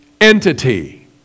entity